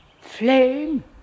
flame